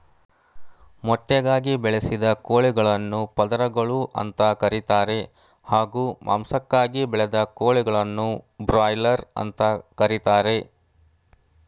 ಮೊಟ್ಟೆಗಾಗಿ ಬೆಳೆಸಿದ ಕೋಳಿಗಳನ್ನು ಪದರಗಳು ಅಂತ ಕರೀತಾರೆ ಹಾಗೂ ಮಾಂಸಕ್ಕಾಗಿ ಬೆಳೆದ ಕೋಳಿಗಳನ್ನು ಬ್ರಾಯ್ಲರ್ ಅಂತ ಕರೀತಾರೆ